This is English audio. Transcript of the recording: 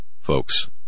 Folks